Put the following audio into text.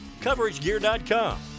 CoverageGear.com